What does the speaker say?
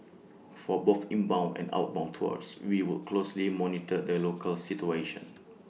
for both inbound and outbound tours we will closely monitor the local situation